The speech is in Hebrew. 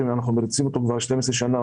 ואנחנו מריצים אותו כבר 12 שנים.